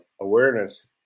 awareness